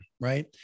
Right